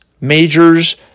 majors